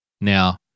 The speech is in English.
Now